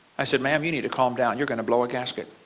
i said, ma'am you need to calm down you are going to blow a gasket.